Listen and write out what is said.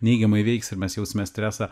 neigiamai veiks ir mes jausime stresą